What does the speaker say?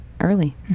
early